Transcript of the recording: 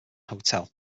hotel